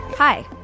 Hi